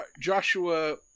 Joshua